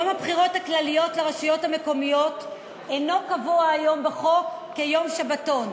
יום הבחירות הכלליות לרשויות המקומיות אינו קבוע היום בחוק כיום שבתון,